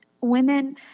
women